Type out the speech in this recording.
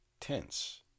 tense